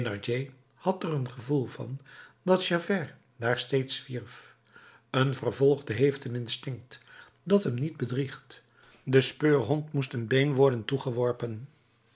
had er een gevoel van dat javert daar steeds zwierf een vervolgde heeft een instinct dat hem niet bedriegt den speurhond moest een been worden toegeworpen